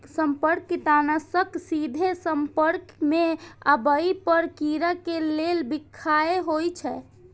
संपर्क कीटनाशक सीधे संपर्क मे आबै पर कीड़ा के लेल बिखाह होइ छै